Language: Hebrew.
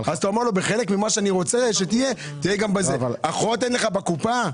אתה אחות אין לך בקופה?